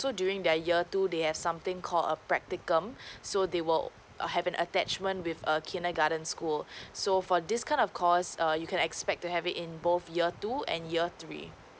during the year two they have something called a practicum so they would have an attachment with a kindergarten school so for this kind of course err you can expect to have it in both year two and year three